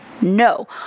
No